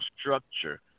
structure